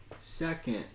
second